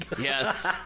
Yes